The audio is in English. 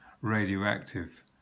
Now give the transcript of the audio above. radioactive